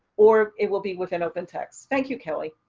or it will be within open text. thank you, kelly.